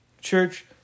Church